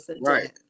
Right